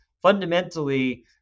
Fundamentally